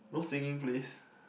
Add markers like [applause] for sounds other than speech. no singing please [breath]